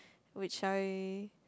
which I